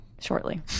shortly